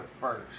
first